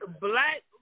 black